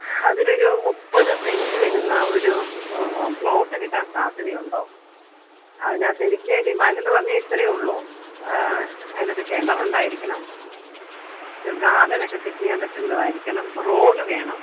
അതിലൊരു മുപ്പത് സെൻറ്റ് വരുന്ന ഒരു പ്ലോട്ട് കിട്ടാൻ സാധ്യതയുണ്ടോ അതിന്റെ അകത്ത് എനിക്ക് ഡിമാൻഡ് എന്ന് പറഞ്ഞാൽ ഇത്രേയുള്ളൂ അതിനകത്ത് കിണർ ഉണ്ടായിരിക്കണം ഇത് ഗാർഡനൊക്കെ സെറ്റ് ചെയ്യാൻ പറ്റുന്നതായിരിക്കണം റോഡ് വേണം